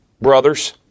brothers